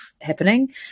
happening